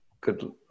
Good